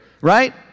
right